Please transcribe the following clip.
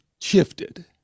shifted